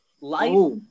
Life